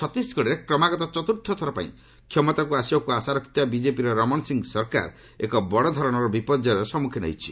ଛତିଶଗଡ଼ରେ କ୍ରମାଗତ ଚତୁର୍ଥ ଥର ପାଇଁ କ୍ଷମତାକୁ ଆସିବାକୁ ଆଶା ରଖିଥିବା ବିଜେପିର ରମଣ ସିଂ ସରକାର ଏକ ବଡ଼ଧରଣ ବିପର୍ଯ୍ୟୟର ସମ୍ମୁଖୀନ ହୋଇଛି